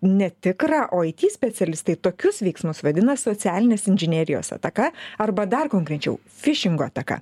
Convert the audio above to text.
netikra o it specialistai tokius veiksmus vadina socialinės inžinerijos ataka arba dar konkrečiau fišingo ataka